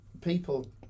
people